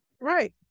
Right